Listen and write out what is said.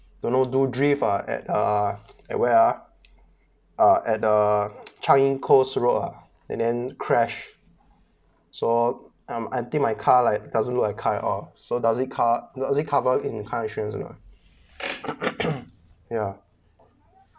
don't know do drift uh at uh at where ah uh at the changi coast road uh and then crash so um I think my car like doesn't look like a car at all so does it co~ does it cover in car insurance or not ya